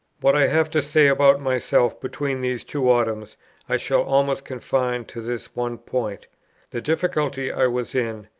what i have to say about myself between these two autumns i shall almost confine to this one point the difficulty i was in,